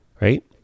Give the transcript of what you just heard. right